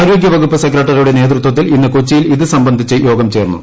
ആരോഗ്യ വകുപ്പ് സെക്രട്ടറിയുടെ നേതൃത്വത്തിൽ ഇന്ന് കൊച്ചിയിൽ ഇത് സംബന്ധിച്ച് യോഗം ചേർന്നു